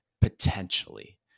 potentially